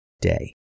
day